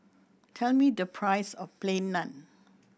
tell me the price of Plain Naan